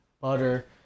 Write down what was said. Butter